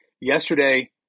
yesterday